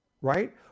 Right